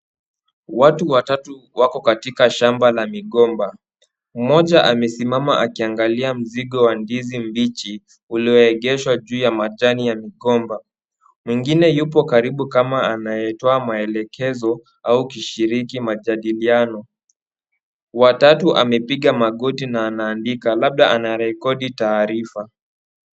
Watu watatu wako katika shamba la migomba. Mmoja amesimama akiangalia mzigo wa ndizi mbichi, ulioegeshwa juu ya majani ya migomba. Mwingine yupo karibu kama anayetoa maelekezo au kushiriki majadiliano. Wa tatu amepiga magoti na anaandika, labda anarekodi taarifa.